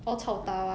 ya